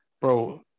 bro